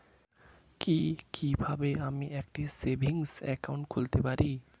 কি কিভাবে আমি একটি সেভিংস একাউন্ট খুলতে পারি?